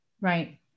Right